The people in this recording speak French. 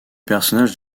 personnage